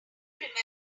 remember